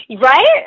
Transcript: Right